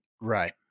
right